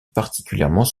particulièrement